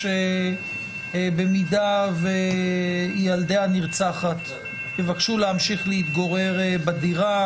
היא שבמידה וילדי הנרצחת יבקשו להמשיך להתגורר בדירה,